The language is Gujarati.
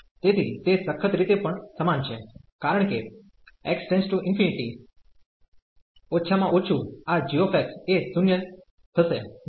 તેથી તે સખત રીતે પણ સમાન છે કારણ કે x→∞ ઓછા માં ઓછું આ g એ 0 થસે નહીં